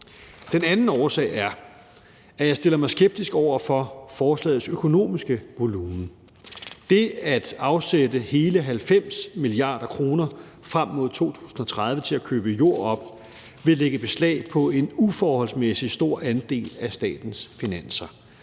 Den anden årsag er, at jeg stiller mig skeptisk over for forslagets økonomiske volumen. Det at afsætte hele 90 mia. kr. frem mod 2030 til at købe jord op vil lægge beslag på en uforholdsmæssig stor andel af statens finanser.